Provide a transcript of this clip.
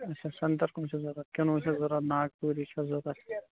اچھا سَنٛگتر کٕم چھِ ضروٗرت کِنوٗ چھَ ضروٗرت ناگ پوٗری چھَ ضروٗرت